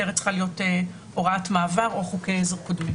הכותרת צריכה להיות הוראת מעבר או חוקי עזר קודמים.